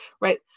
right